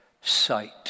sight